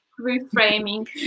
Reframing